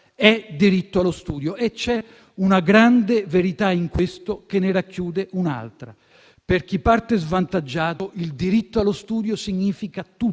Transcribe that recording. è diritto allo studio». È una grande verità, che ne racchiude un'altra: per chi parte svantaggiato, il diritto allo studio significa tutto;